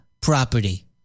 property